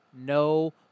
No